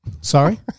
Sorry